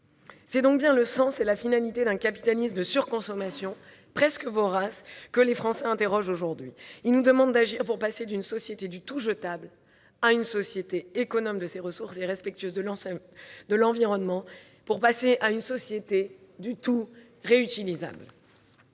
C'est donc bien le sens et la finalité d'un capitalisme de surconsommation, presque vorace, que les Français interrogent aujourd'hui. Ils nous demandent d'agir pour passer d'une société du tout-jetable à une société économe de ses ressources et respectueuse de l'environnement, à une société du tout-réutilisable.